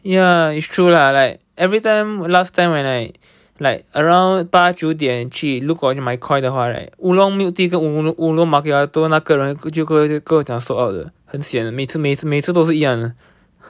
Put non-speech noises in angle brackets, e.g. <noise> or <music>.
ya it's true lah like every time last time when I like around 八九点去如果去买 Koi 的话 right oolong milk tea 跟 oolong macchiato 那个人就会跟我讲 sold out 的很 sian 的每次每次都是一样的 <noise>